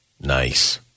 nice